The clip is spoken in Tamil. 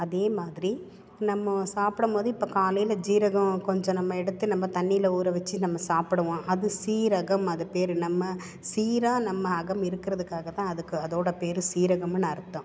அதே மாதிரி நம்ம சாப்பிடும் போது இப்போ காலையில் சீரகம் கொஞ்சம் நம்ம எடுத்து நம்ம தண்ணியில் ஊற வைச்சி நம்ம சாப்பிடுவோம் அது சீரகம் அது பேர் நம்ம சீராக நம்ம அகம் இருக்கிறதுக்காக தான் அதுக்கு அதோட பேர் சீரகம்னு அர்த்தம்